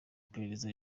iperereza